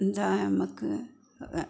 ഇതായാൽ നമുക്ക്